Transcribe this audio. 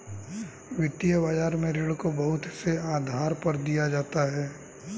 वित्तीय बाजार में ऋण को बहुत से आधार पर दिया जाता है